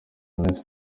iminsi